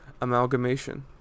amalgamation